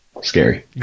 scary